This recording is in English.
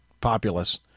populace